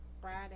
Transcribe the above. Friday